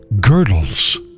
girdles